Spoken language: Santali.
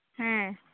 ᱦᱮᱸ